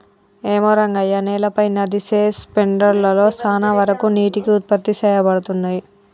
ఏమో రంగయ్య నేలపై నదిసె స్పెండర్ లలో సాన వరకు నీటికి ఉత్పత్తి సేయబడతున్నయి